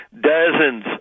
dozens